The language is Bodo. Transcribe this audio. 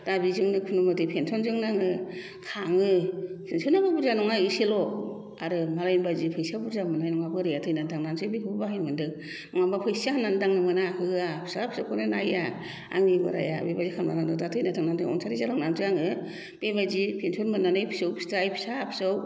दा बेजोंनो खुनुमथे पेनसनजोंनो आङो खाङो पेनसनाबो बुरजा नङा एसेल' आरो मालायनि बायदि फैसा बुरजाबो मोननाय बुरजा नङा आरो बोराया थैनानै थांनायखायसो बेखौबो बाहायनो मोनदों नङाबा फैसा होननानै दांनो मोना होआ फिसा फिसौखौनो नाया आंनि बोराया बेबादि खालामना थांदों दा थैनानै थांनानैसो रुंसारि जालांनानैसो आङो बेबायदि पेनसन मोननानै फिसौ फिथाय फिसा फिसौ